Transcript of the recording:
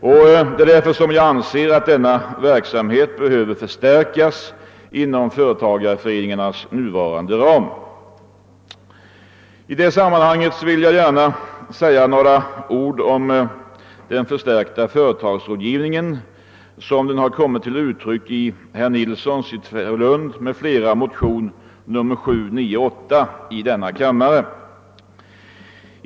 Jag anser därför att denna verksamhet behöver förstärkas inom företagareföreningarnas nuvarande ram. I det sammanhanget vill jag gärna säga några ord om den förstärkta företagsrådgivningen, sådan den kommit till uttryck i herr Nilssons i Tvärålund m.fl. motion II:798.